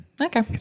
Okay